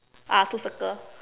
ah two circle